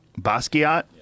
Basquiat